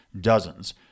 Dozens